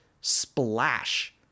Splash